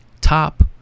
top